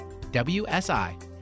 WSI